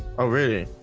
oh really?